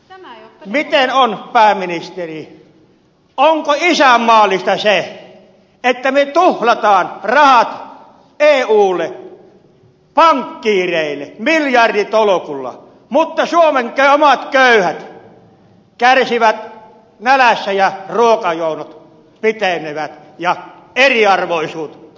miten on pääministeri onko isänmaallista se että me tuhlaamme rahat eulle pankkiireille miljarditolkulla mutta suomen omat köyhät kärsivät nälässä ja ruokajonot pitenevät ja eriarvoisuus maassamme kasvaa